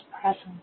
present